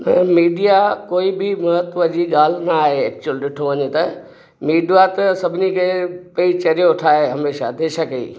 न मीडिया कोई भी महत्व जी ॻाल्हि न आहे एक्चुअल ॾिठो वञे त मीडिया त सभिनी खे पई चरियो ठाए हमेशह देश खे ई